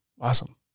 awesome